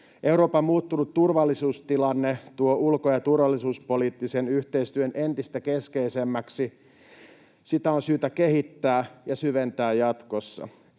Euroopan muuttunut turvallisuustilanne tuo ulko- ja turvallisuuspoliittisen yhteistyön entistä keskeisemmäksi. Sitä on syytä kehittää ja syventää jatkossa.